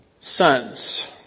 sons